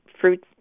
fruits